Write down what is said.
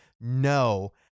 no